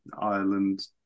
Ireland